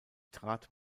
trat